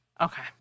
Okay